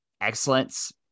excellence